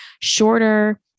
shorter